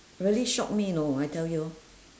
really shock me you know I tell you